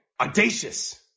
Audacious